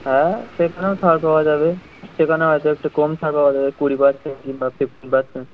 হ্যাঁ সেখানেও ছাড় পাওয়া যাবে সেখানে হয়তো একটু কম ছাড় পাওয়া যাবে কুড়ি পারসেন্ট কিম্বা ফিফটিন পারসেন্ট